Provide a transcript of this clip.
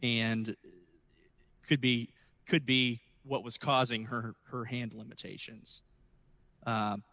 and could be could be what was causing her her hand limitations